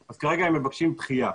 אז כרגע הם מבקשים דחייה.